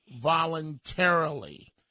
voluntarily